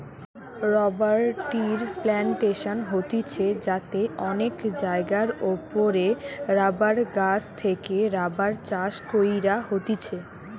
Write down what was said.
rubber ট্রির plantation হতিছে যাতে অনেক জায়গার ওপরে রাবার গাছ থেকে রাবার চাষ কইরা হতিছে